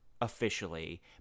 officially